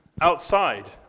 outside